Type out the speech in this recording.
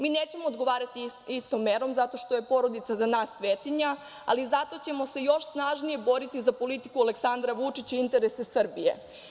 Mi nećemo odgovarati istom merom zato što je porodica za nas svetinja, ali zato ćemo se još snažnije boriti za politiku Aleksandra Vučića i interese Srbije.